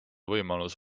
võimalus